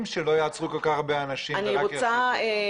שלא יעצרו כל כך הרבה אנשים ורק ירחיקו?